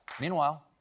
Meanwhile